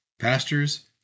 Pastors